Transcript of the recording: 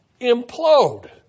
implode